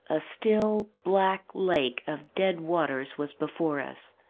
a still, black lake of dead waters was before us